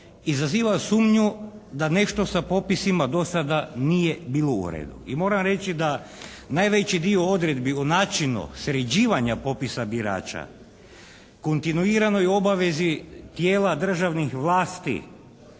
izaziva sumnju da nešto sa popisima do sada nije bilo uredu. I moram reći da najveći dio odredbi o načinu sređivanja popisa birača, kontinuiranoj obavezi tijela državnih vlasti